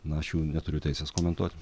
na aš jų neturiu teisės komentuot